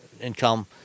income